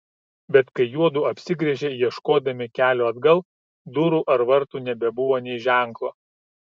bet kai juodu apsigręžė ieškodami kelio atgal durų ar vartų nebebuvo nė ženklo